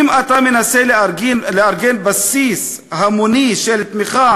אם אתה מנסה לארגן בסיס המוני של תמיכה